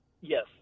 Yes